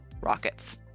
rockets